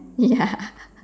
ya